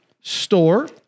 store